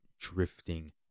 drifting